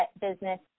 business